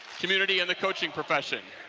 community, and the coaching profession